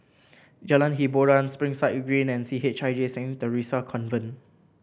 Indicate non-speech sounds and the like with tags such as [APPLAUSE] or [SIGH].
Jalan Hiboran Springside [UNINTELLIGIBLE] and C H I J Saint Theresa Convent